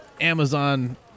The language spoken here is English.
Amazon